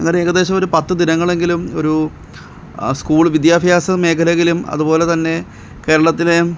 എന്നാൽ ഏകദേശം ഒരു പത്ത് ദിനങ്ങളെങ്കിലും ഒരൂ സ്കൂൾ വിദ്യാഭ്യാസ മേഖലയിലും അതുപോലെ തന്നെ കേരളത്തിലെ